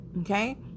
okay